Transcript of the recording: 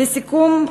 לסיכום,